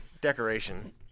decoration